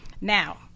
Now